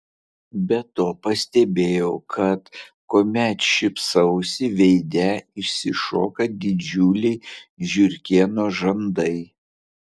be to pastebėjau kad kuomet šypsausi veide išsišoka didžiuliai žiurkėno žandai